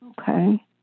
okay